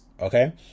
okay